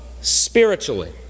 spiritually